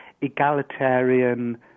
egalitarian